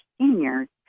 seniors